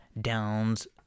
Downs